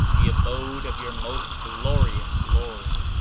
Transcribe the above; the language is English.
the abode of your most glorious lord.